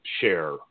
share